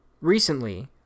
Recently